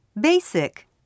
Basic